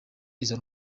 izo